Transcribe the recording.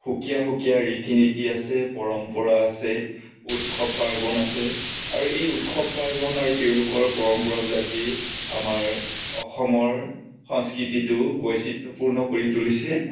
সুকীয়া সুকীয়া ৰীতি নীতি আছে পৰম্পৰা আছে উৎসৱ পাৰ্বন আছে আৰু এই উৎসৱ পাৰ্বন আৰু তেওঁলোকৰ পৰম্পৰাবিলাকেই আমাৰ অসমৰ সংস্কৃতিটো বৈচিত্ৰপূৰ্ণ কৰি তুলিছে